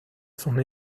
son